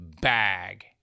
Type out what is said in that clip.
bag